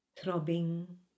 throbbing